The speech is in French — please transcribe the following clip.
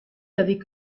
avec